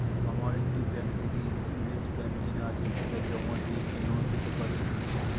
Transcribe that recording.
আমার একটি ব্যাংক থেকে ইন্সুরেন্স প্ল্যান কেনা আছে সেটা জমা দিয়ে কি লোন পেতে পারি?